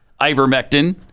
ivermectin